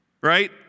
Right